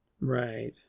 Right